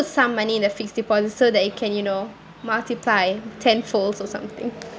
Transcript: some money in the fixed deposit so that it can you know multiply tenfolds or something